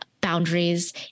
boundaries